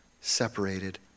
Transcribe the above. separated